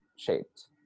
shaped